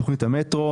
תוכנית המטרו,